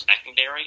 secondary